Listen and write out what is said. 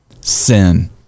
sin